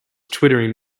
twittering